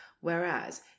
Whereas